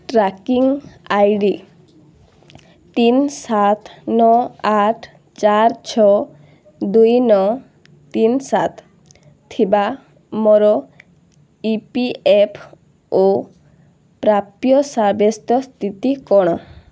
tracking I D ତିନ ସାତ ନଅ ଆଠ ଚାରି ଛଅ ଦୁଇ ନଅ ତିନ ସାତ ଥିବା ମୋର ଇ ପି ଏଫ୍ ଓ ପ୍ରାପ୍ୟ ସାବ୍ୟସ୍ତ ସ୍ଥିତି କ'ଣ